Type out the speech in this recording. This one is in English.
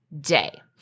day